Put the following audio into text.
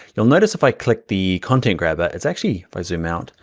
you'll notice if i click the content grabber, it's actually, if i zoom out,